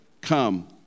come